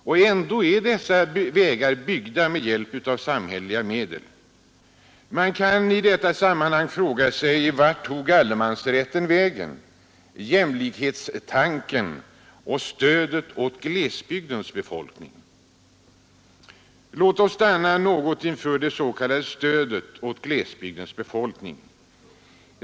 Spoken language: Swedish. Och ändå är dessa vägar byggda med hjälp av samhälleliga medel. Man kan i detta sammanhang fråga sig: Vart tog allemansrätten vägen, jämlikhetstanken och stödet åt glesbygdens befolkning? Låt oss stanna något inför det s.k. stödet åt glesbygdens befolkning.